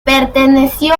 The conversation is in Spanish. perteneció